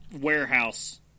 warehouse